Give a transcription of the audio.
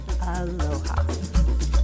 Aloha